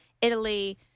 Italy